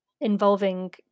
involving